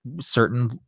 certain